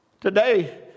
Today